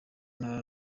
ntara